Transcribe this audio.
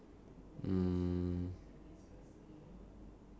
some cloth in case I need to make my own molotov